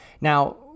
Now